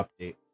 update